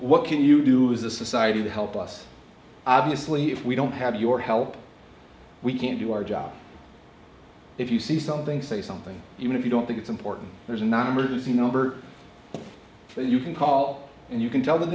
what can you do is a society to help us obviously if we don't have your help we can't do our job if you see something say something even if you don't think it's important there's not emergency number you can call and you can tell th